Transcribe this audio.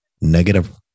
negative